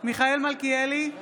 מיכאל מלכיאלי,